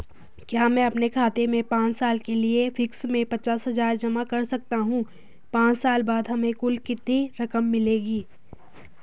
क्या मैं अपने खाते में पांच साल के लिए फिक्स में पचास हज़ार जमा कर सकता हूँ पांच साल बाद हमें कुल कितनी रकम मिलेगी?